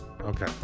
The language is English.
okay